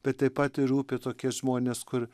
bet taip pat ir rūpi tokie žmonės kur